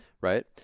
right